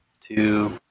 two